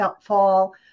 fall